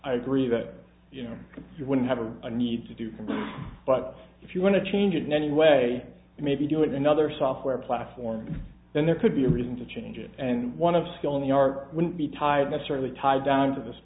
i agree that you know you wouldn't have a need to do but if you want to change it in any way maybe do it in another software platform then there could be a reason to change it and one of skill in the art wouldn't be tied necessarily tied down to this